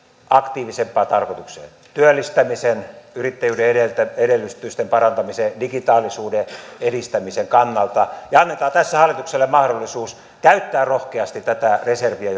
aktiivisempaan tarkoitukseen työllistämisen ja yrittäjyyden edellytysten parantamiseen digitaalisuuden edistämiseen ja annetaan tässä hallitukselle mahdollisuus käyttää rohkeasti tätä reserviä